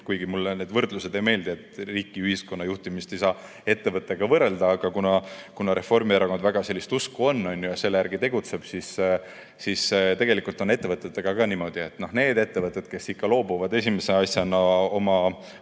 Mulle küll need võrdlused ei meeldi, riigi ja ühiskonna juhtimist ei saa ettevõtte juhtimisega võrrelda, aga kuna Reformierakond väga sellist usku on ja selle järgi tegutseb, siis ma ütlen, et tegelikult on ettevõtetega niimoodi, et need ettevõtted, kes loobuvad esimese asjana oma